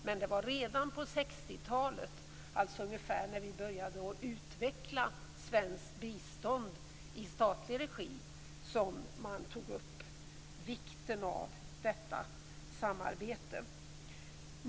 Men det här var redan på 60-talet, alltså ungefär då vi började utveckla svenskt bistånd i statlig regi, som man tog upp vikten av detta samarbete.